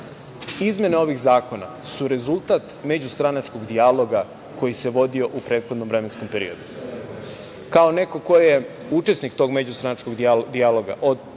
izmene ovih zakona su rezultat međustranačkog dijaloga koji se vodio u prethodnom vremenskom periodu, kao neko ko je učesnik tog međustranačkog dijaloga od